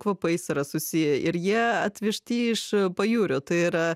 kvapais yra susiję ir jie atvežti iš pajūrio tai yra